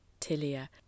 Tilia